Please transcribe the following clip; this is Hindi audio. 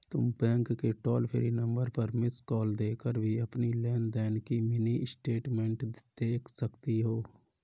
तुम बैंक के टोल फ्री नंबर पर मिस्ड कॉल देकर भी अपनी लेन देन की मिनी स्टेटमेंट देख सकती हो